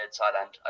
Thailand